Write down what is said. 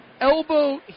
elbow